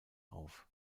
auf